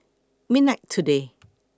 midnight today